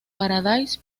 paradise